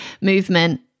movement